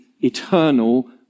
eternal